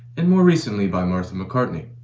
and more recently by martha mccartney.